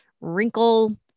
wrinkle